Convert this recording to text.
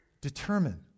Determine